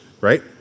right